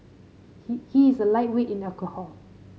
he he is a lightweight in alcohol